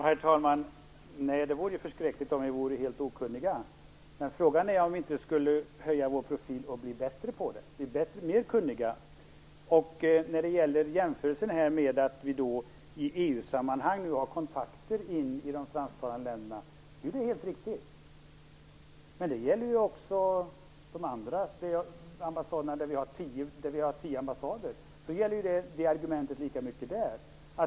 Herr talman! Nej, det vore förskräckligt om vi vore helt okunniga. Frågan är om vi inte skulle höja vår profil och bli mer kunniga. När det gäller jämförelsen att vi i EU sammanhang nu har kontakter in i de fransktalande länderna är det helt riktigt. Men det argumentet gäller lika mycket i de områden där vi har tio ambassader.